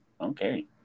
Okay